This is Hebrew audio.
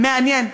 מעניין.